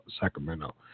Sacramento